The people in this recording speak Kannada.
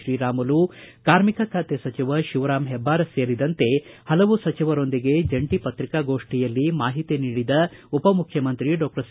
ಶ್ರೀರಾಮುಲು ಕಾರ್ಮಿಕ ಖಾತೆ ಸಚಿವ ಶಿವರಾಮ ಹೆಬ್ಬಾರ ಸೇರಿದಂತೆ ಪಲವು ಸಚಿವರೊಂದಿಗೆ ಜಂಟಿ ಪ್ರತಿಕಾಗೋಷ್ಠಿಯಲ್ಲಿ ಮಾಹಿತಿ ನೀಡಿದ ಉಪಮುಖ್ಯಮಂತ್ರಿ ಡಾಕ್ಟರ್ ಸಿ